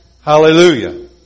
Hallelujah